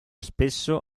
spesso